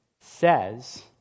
says